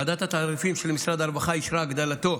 ועדת התעריפים של משרד הרווחה אישרה את הגדלתו